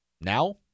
Now